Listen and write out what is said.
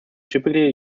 typically